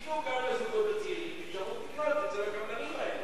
זה לא יכול להיות, עם כל הכבוד.